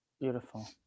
Beautiful